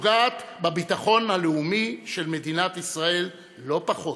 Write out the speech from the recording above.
הפוגעת בביטחון הלאומי של מדינת ישראל, לא פחות.